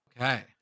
Okay